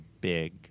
big